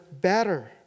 better